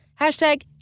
Hashtag